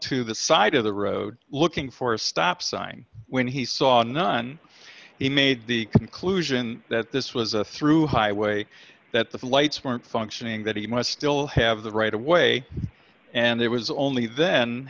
to the side of the road looking for a stop sign when he saw a nun he made the conclusion that this was a through highway that the lights weren't functioning that he must still have the right away and it was only then